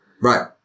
Right